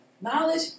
knowledge